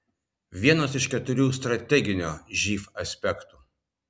vienas iš keturių strateginio živ aspektų